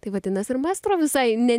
tai vadinasi ir maestro visai ne